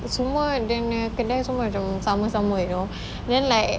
semua dia punya kedai semua macam sama-sama you know then like